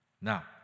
Now